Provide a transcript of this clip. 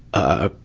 ah,